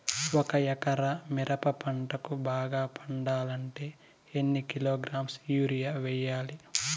ఒక ఎకరా మిరప పంటకు బాగా పండాలంటే ఎన్ని కిలోగ్రామ్స్ యూరియ వెయ్యాలి?